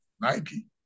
Nike